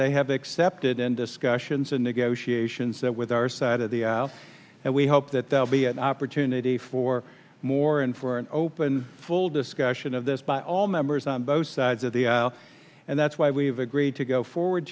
they have accepted in discussions and negotiations that with our side of the house and we hope that they'll be an opportunity for more and for an open full discussion of this by all members on both sides of the aisle and that's why we've agreed to go forward